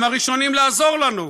הם הראשונים לעזור לנו.